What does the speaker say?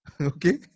Okay